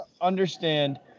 understand